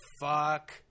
fuck